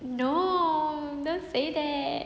no don't say that